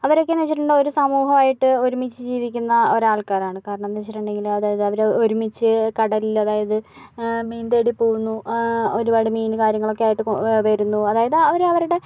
അവരൊക്കെ എന്നുവെച്ചിട്ടുണ്ടെങ്കിൽ ഒര് സമുഹായിട്ട് ഒരുമിച്ച് ജീവിക്കുന്ന ഒരു ആൾക്കാരാണ് കാരണന്ന് വെച്ചിട്ടുണ്ടെങ്കില് അതായത് അവര് ഒരുമിച്ച് കടലില് അതായത് മീൻ തേടി പോവുന്നു ഒരുപാട് മീന് കാര്യങ്ങളൊക്കെ ആയിട്ട് വെരുന്നു അതായത് ആ ഒര് അവര്ടെ